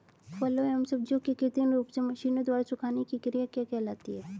फलों एवं सब्जियों के कृत्रिम रूप से मशीनों द्वारा सुखाने की क्रिया क्या कहलाती है?